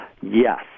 Yes